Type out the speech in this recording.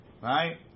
Right